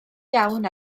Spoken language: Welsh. iawn